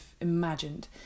imagined